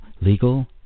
legal